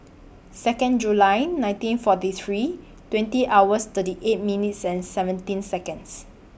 Second July nineteen forty three twenty hours thirty eight minutes and seventeen Seconds